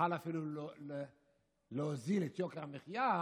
שנוכל אפילו להוריד את יוקר המחיה,